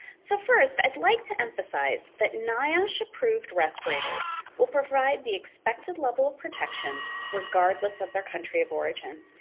so, first, i'd like to emphasize that niosh-approved respirators will provide the expected level of protection regardless of their country of origin.